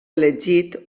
elegit